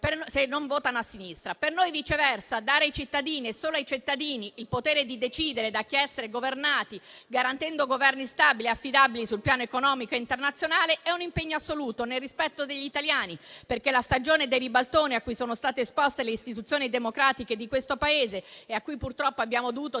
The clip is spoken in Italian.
se non votano a sinistra. Per noi, viceversa, dare ai cittadini e solo ai cittadini il potere di decidere da chi essere governati, garantendo Governi stabili e affidabili sul piano economico e internazionale, è un impegno assoluto nel rispetto degli italiani. La stagione dei ribaltoni a cui sono state esposte le istituzioni democratiche di questo Paese e a cui purtroppo abbiamo dovuto